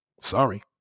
Sorry